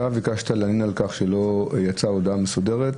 אתה ביקשת להלין על כך שלא יצאה הודעה מסודרת.